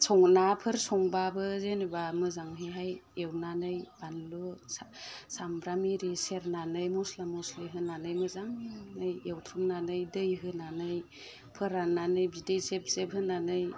नाफोर संब्लाबो जेनोबा मोजाङैहाय एवनानै बानलु सामब्राम इरि सेरनानै मस्ला मस्लि होनानै मोजाङै एवथ्रमनानै दै होनानै फोराननानै दै जेब जेब होनानै